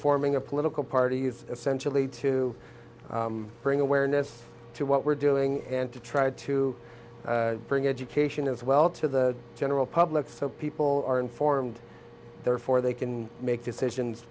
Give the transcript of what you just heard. forming a political party is essentially to bring awareness to what we're doing and to try to bring education as well to the general public so people are informed therefore they can make decisions